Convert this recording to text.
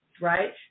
right